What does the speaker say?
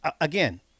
Again